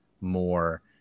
more